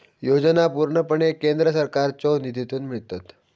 योजना पूर्णपणे केंद्र सरकारच्यो निधीतून मिळतत